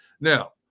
Now